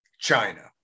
China